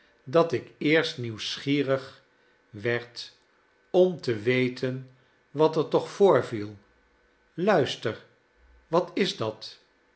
dat ik eerst nieuwsgierig werd om te weten wat er toch voorviel luister wat is dat